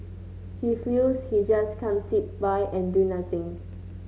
he feels he just can't sit by and do nothing